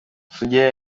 sugira